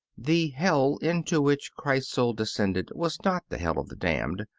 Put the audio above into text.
the hell into which christ's soul descended was not the hell of the damned,